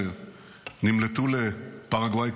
שנמלטו לפרגוואי,